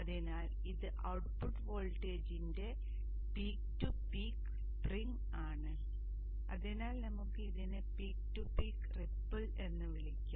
അതിനാൽ ഇത് ഔട്ട്പുട്ട് വോൾട്ടേജിന്റെ പീക്ക് ടു പീക്ക് സ്പ്രിംഗ് ആണ് അതിനാൽ നമുക്ക് ഇതിനെ പീക്ക് ടു പീക്ക് റിപ്പിൾ എന്ന് വിളിക്കാം